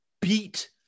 beat